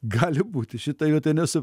gali būti šitoj vietoj nesu